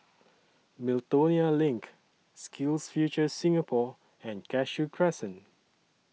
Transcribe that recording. Miltonia LINK SkillsFuture Singapore and Cashew Crescent